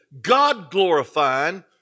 God-glorifying